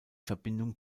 verbindung